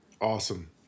Awesome